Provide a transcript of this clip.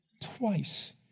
Twice